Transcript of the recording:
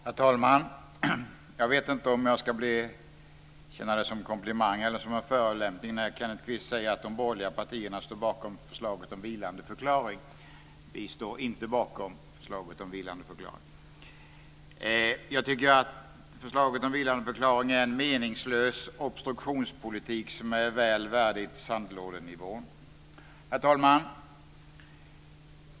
Herr talman! Jag vet inte om jag ska ta det som en komplimang eller som en förolämpning när Kenneth Kvist säger att de borgerliga partierna står bakom förslaget om vilandeförklaring. Vi står inte bakom det förslaget. Jag tycker att förslaget om vilandeförklaring är en meningslös obstruktionspolitik som är värdig sandlådenivån. Herr talman!